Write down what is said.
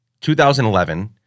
2011